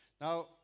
Now